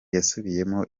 yasubiyemo